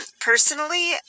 personally